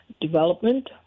development